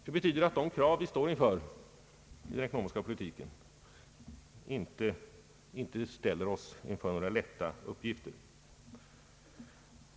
Det betyder att de krav som vi står inför i den ekonomiska politiken inte ställer oss inför några lätta uppgifter.